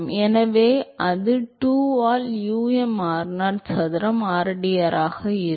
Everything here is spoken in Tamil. எனவே அது 2 ஆல் um r0 சதுரம் rdr ஆக இருக்கும்